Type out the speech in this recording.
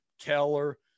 Keller